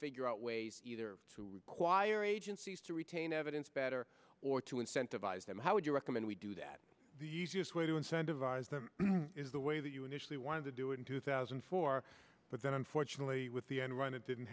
figure out ways either to require agencies to retain evidence better or to incentivize them how would you recommend we do that the easiest way to incentivize them is the way that you initially wanted to do in two thousand and four but then unfortunately with the end run it didn't